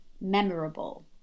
memorable